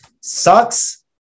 sucks